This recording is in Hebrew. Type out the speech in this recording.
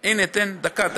הינה, תן דקה.